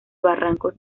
barrancos